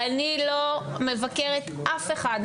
אני לא מבקרת אף אחד,